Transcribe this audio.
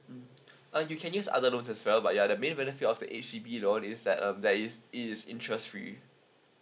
mm uh you can use other laons as well but ya the main benefit of the H_D_B loan is that um that is it is interest free